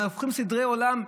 אבל הופכים סדרי עולם,